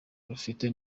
rufite